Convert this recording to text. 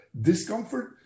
discomfort